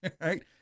right